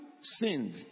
sinned